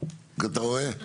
אתה רואה.